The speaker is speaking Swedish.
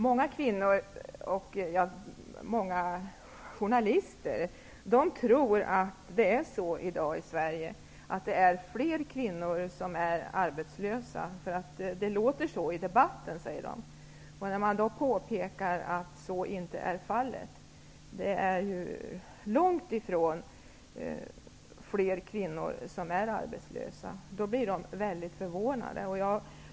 Många kvinnor och många journalister tror att det i Sverige i dag är fler kvinnor som är arbetslösa -- det låter så i debatten, säger de. När man då påpekar att så inte är fallet, att det långtifrån är fler kvinnor som är arbetslösa, blir de mycket förvånade.